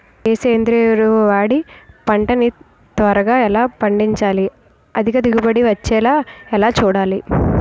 ఏ సేంద్రీయ ఎరువు వాడి పంట ని త్వరగా ఎలా పండించాలి? అధిక దిగుబడి వచ్చేలా ఎలా చూడాలి?